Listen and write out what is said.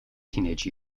teenage